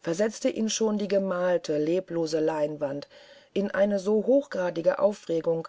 versetzte ihn schon die gemalte leblose leinwand in eine so hochgradige aufregung